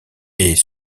est